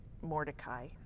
Mordecai